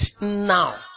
now